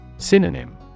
Synonym